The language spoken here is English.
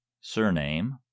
surname